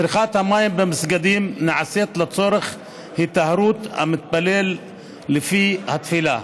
צריכת המים במסגדים נעשית לצורך היטהרות המתפלל לפני התפילה.